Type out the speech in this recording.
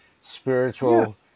spiritual